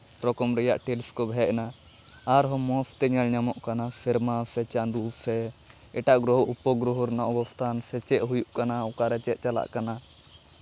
ᱨᱚᱠᱚᱢ ᱨᱮᱭᱟᱜ ᱴᱮᱞᱤᱥᱠᱳᱯ ᱦᱮᱡᱱᱟ ᱟᱨᱦᱚᱸ ᱢᱚᱡᱽ ᱛᱮ ᱧᱮᱞ ᱧᱟᱢᱚᱜ ᱠᱟᱱᱟ ᱥᱮᱨᱢᱟ ᱥᱮ ᱪᱟᱸᱫᱳ ᱥᱮ ᱮᱴᱟᱜ ᱜᱨᱚᱦᱚ ᱩᱯᱚᱜᱨᱚᱦᱚ ᱨᱮᱱᱟᱜ ᱚᱵᱚᱥᱛᱷᱟᱱ ᱥᱮ ᱪᱮᱫ ᱦᱩᱭᱩᱜ ᱠᱟᱱᱟ ᱚᱠᱟᱨᱮ ᱪᱮᱫ ᱪᱟᱞᱟᱜ ᱠᱟᱱᱟ